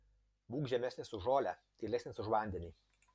būk žemesnis už žolę tylesnis už vandenį